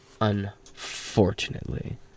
unfortunately